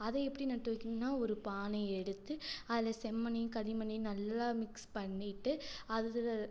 அதை எப்படி நட்டு வக்கணுன்னா ஒரு பானையை எடுத்து அதில் செம்மண்ணையும் களிமண்ணையும் நல்லா மிக்ஸ் பண்ணிகிட்டு அதில்